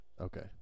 okay